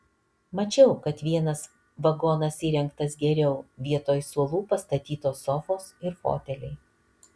mačiau kad vienas vagonas įrengtas geriau vietoj suolų pastatytos sofos ir foteliai